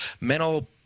mental